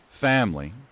family